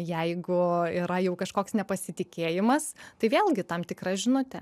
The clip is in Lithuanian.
jeigu yra jau kažkoks nepasitikėjimas tai vėlgi tam tikra žinutė